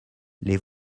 les